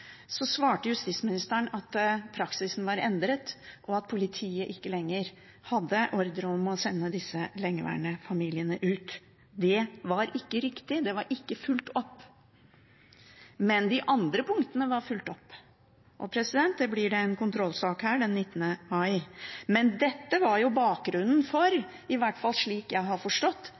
at praksisen var endret, og at politiet ikke lenger hadde ordre om å sende disse lengeværende familiene ut. Det var ikke riktig, det var ikke fulgt opp, men de andre punktene var fulgt opp. Og det blir en kontrollsak her den 19. mai. Dette var bakgrunnen for, i hvert fall slik jeg har forstått